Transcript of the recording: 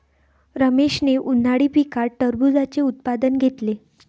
रमेशने उन्हाळी पिकात टरबूजाचे उत्पादन घेतले